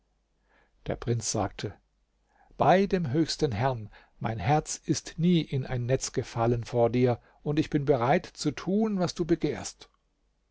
der prinz sagte bei dem höchsten herrn mein herz ist nie in ein netz gefallen vor dir und ich bin bereit zu tun was du begehrst